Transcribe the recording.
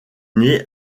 née